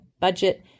budget